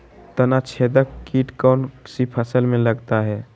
तनाछेदक किट कौन सी फसल में लगता है?